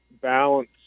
balance